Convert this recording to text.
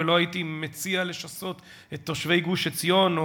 ולא הייתי מציע לשסות את תושבי גוש-עציון או